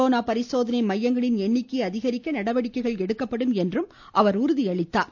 corona பரிசோதனை மையங்களின் எண்ணிக்கையை அதிகரிக்க நடவடிக்கை எடுக்கப்படும் எனவும் அவர் தெரிவித்தார்